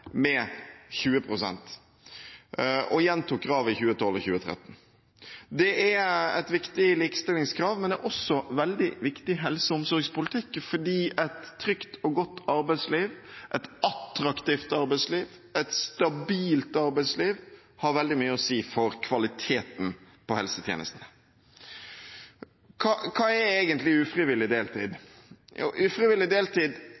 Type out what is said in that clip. med 20 pst., og gjentok kravet i 2012 og 2013. Det er et viktig likestillingskrav, men det er også veldig viktig helse- og omsorgspolitikk, fordi et trygt og godt arbeidsliv, et attraktivt arbeidsliv, et stabilt arbeidsliv har veldig mye å si for kvaliteten på helsetjenestene. Hva er egentlig ufrivillig deltid? Ufrivillig deltid